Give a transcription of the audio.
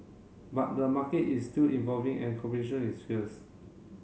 but the market is still evolving and competition is fierce